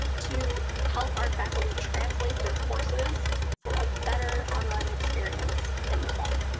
to help our faculty translate their courses for a better online experience in the fall.